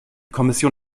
kommission